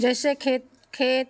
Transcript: जैसे खेत खेत